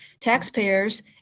taxpayers